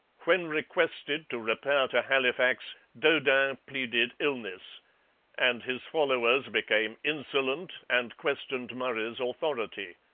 when requested to repair to halifax, daudin pleaded illness and his followers became insolent, and questioned murray's authority.